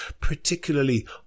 particularly